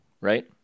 Right